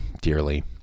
dearly